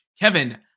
kevin